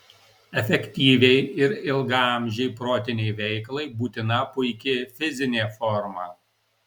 efektyviai ir ilgaamžei protinei veiklai būtina puiki fizinė forma